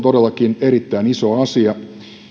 todellakin erittäin iso asia